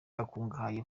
akungahaye